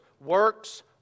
works